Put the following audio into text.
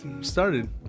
started